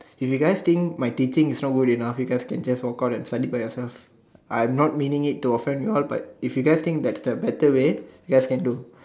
if you guys think my teaching is not worth it ah you guys can just walk out and study by yourself I am not meaning it to offend you all but if you guys think that's the better way you guys can do